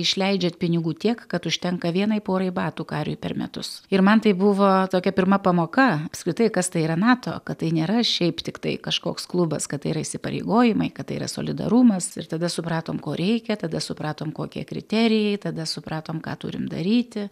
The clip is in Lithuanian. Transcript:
išleidžiat pinigų tiek kad užtenka vienai porai batų kariui per metus ir man tai buvo tokia pirma pamoka apskritai kas tai yra nato kad tai nėra šiaip tiktai kažkoks klubas kad tai yra įsipareigojimai kad tai yra solidarumas ir tada supratom ko reikia tada supratom kokie kriterijai tada supratom ką turim daryti